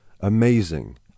Amazing